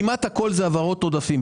כמעט הכול זה העברות עודפים,